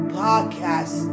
podcast